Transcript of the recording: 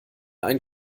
ein